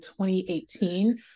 2018